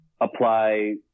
apply